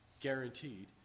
guaranteed